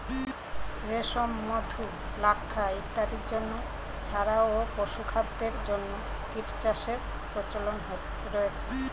রেশম, মধু, লাক্ষা ইত্যাদির জন্য ছাড়াও পশুখাদ্যের জন্য কীটচাষের প্রচলন রয়েছে